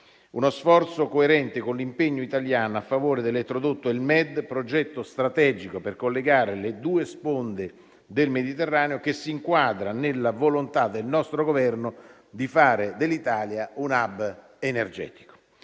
Uno sforzo coerente con l'impegno italiano a favore dell'elettrodotto Elmed, progetto strategico per collegare le due sponde del Mediterraneo, che si inquadra nella volontà del nostro Governo di fare dell'Italia un *hub* energetico.